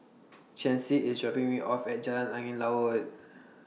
Chancey IS dropping Me off At Jalan Angin Laut